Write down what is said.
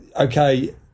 okay